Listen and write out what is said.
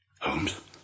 Holmes